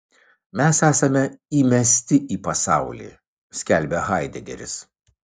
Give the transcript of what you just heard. mes esame įmesti į pasaulį skelbia haidegeris